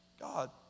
God